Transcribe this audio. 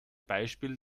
beispiel